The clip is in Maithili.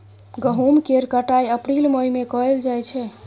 गहुम केर कटाई अप्रील मई में कएल जाइ छै